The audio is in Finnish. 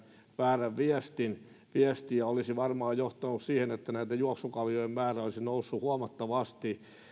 väärän viestin viestin ja olisi varmaan johtanut siihen että näiden juoksukaljojen määrä olisi noussut huomattavasti